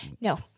No